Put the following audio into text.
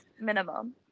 minimum